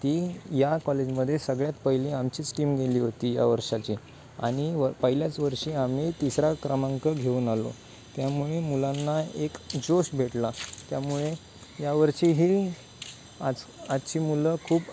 ती या कॉलेजमध्ये सगळ्यात पहिली आमचीच टीम गेली होती या वर्षाची आणि व पहिल्याच वर्षी आम्ही तिसरा क्रमांक घेऊन आलो त्यामुळे मुलांना एक जोश भेटला त्यामुळे यावर्षी ही आज आजची मुलं खूप